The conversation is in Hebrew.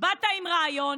באת עם רעיון,